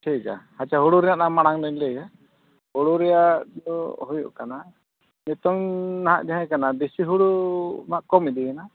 ᱴᱷᱤᱠ ᱜᱮᱭᱟ ᱟᱪᱪᱷᱟ ᱦᱩᱲᱩ ᱨᱮᱱᱟᱜ ᱢᱟᱲᱟᱝ ᱞᱤᱧ ᱞᱟᱹᱭᱟ ᱦᱩᱲᱩ ᱨᱮᱭᱟᱜ ᱫᱚ ᱦᱩᱭᱩᱜ ᱠᱟᱱᱟ ᱱᱤᱛᱚᱝ ᱱᱟᱦᱟᱜ ᱛᱟᱦᱮᱸ ᱠᱟᱱᱟ ᱫᱮᱥᱤ ᱦᱩᱲᱩ ᱢᱟ ᱠᱚᱢ ᱤᱫᱤᱭᱮᱱᱟ